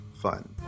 Fun